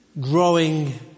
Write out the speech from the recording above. growing